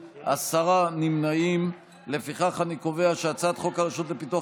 ההצעה להעביר את הצעת חוק הרשות לפיתוח